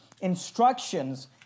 instructions